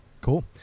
cool